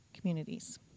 communities